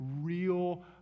real